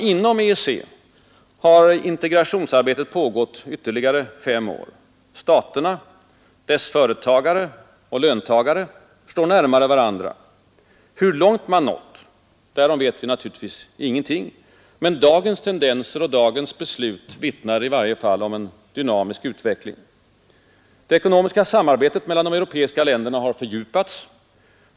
Inom EEC har integrationsarbetet pågått ytterligare fem år. Staterna deras företagare och löntagare — står närmare varandra. Hur långt man nått, därom vet vi naturligtvis ingenting. Men dagens tendenser och dagens beslut vittnar i varje fall om en dynamisk utveckling. Det ekonomiska samarbetet mellan de europeiska länderna har fördjupats.